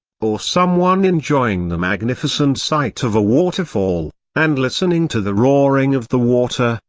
or someone enjoying the magnificent sight of a waterfall, and listening to the roaring of the water,